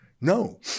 No